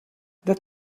that